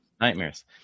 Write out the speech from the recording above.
Nightmares